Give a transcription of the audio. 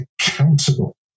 accountable